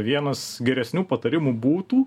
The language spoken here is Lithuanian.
vienas geresnių patarimų būtų